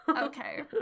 Okay